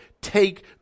take